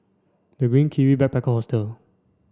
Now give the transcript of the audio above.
the Green Kiwi Backpacker Hostel